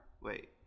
Wait